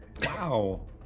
Wow